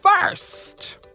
first